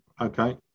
Okay